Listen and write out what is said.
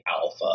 alpha